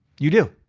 you do,